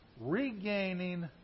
regaining